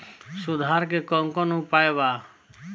सुधार के कौन कौन उपाय वा?